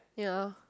ya